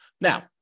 Now